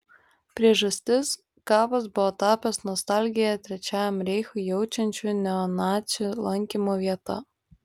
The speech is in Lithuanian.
priežastis kapas buvo tapęs nostalgiją trečiajam reichui jaučiančių neonacių lankymo vieta